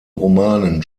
romanen